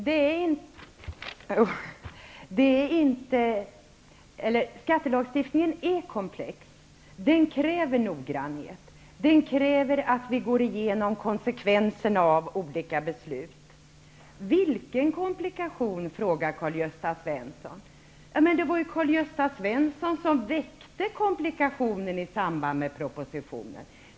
Herr talman! Skattelagstiftningen är komplex. Den kräver noggrannhet och att man går igenom konsekvenserna av olika beslut. Karl-Gösta Svenson undrade vilken komplikation som kan uppstå. Det var ju Karl-Gösta Svenson som i samband med propositionen påtalade komplikationen.